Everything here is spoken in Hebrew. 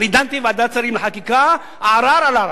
אני דנתי בוועדת שרים על חקיקה בערר על ערר.